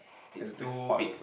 is too big